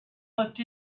looked